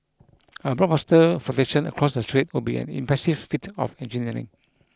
a blockbuster flotation across the strait would be an impressive feat of engineering